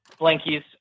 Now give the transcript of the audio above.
Blankies